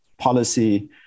policy